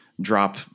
drop